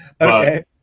okay